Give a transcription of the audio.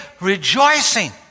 rejoicing